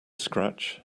scratch